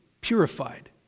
purified